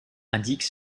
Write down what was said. indique